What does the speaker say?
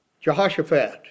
Jehoshaphat